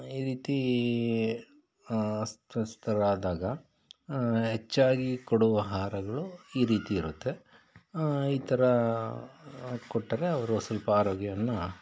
ಈ ರೀತಿ ಅಸ್ವಸ್ಥರಾದಾಗ ಹೆಚ್ಚಾಗಿ ಕೊಡುವ ಆಹಾರಗಳು ಈ ರೀತಿ ಇರುತ್ತೆ ಈ ಥರ ಕೊಟ್ಟರೆ ಅವರು ಸ್ವಲ್ಪ ಆರೋಗ್ಯವನ್ನು